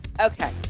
okay